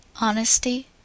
Honesty